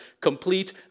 complete